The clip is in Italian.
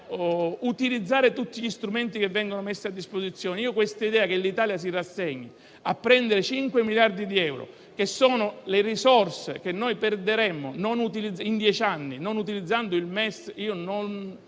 utilizzare tutti gli strumenti che vengono messi a disposizione. L'idea che l'Italia si rassegni a prendere 5 miliardi di euro, che sono le risorse che perderemmo in dieci anni non utilizzando il MES, non